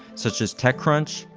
such as techcrunch,